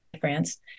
France